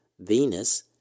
Venus